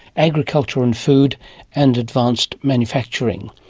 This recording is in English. agriculture, and food and advanced manufacturing.